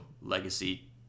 legacy